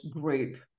group